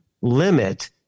limit